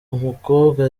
umukobwa